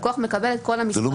הלקוח מקבל את כל המסמכים,